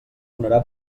donarà